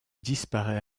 disparait